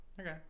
Okay